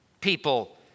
people